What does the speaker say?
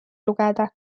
lugeda